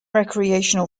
recreational